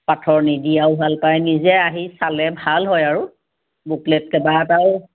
পাথৰ নিদিয়াও ভাল পায় নিজে আহি চালে ভাল হয় আৰু বুকলেট কেবাটাও